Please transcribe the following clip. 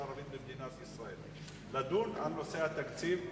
הערבית במדינת ישראל לדון על נושא התקציב,